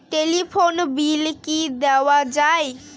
Telephone bill কি দেওয়া যায়?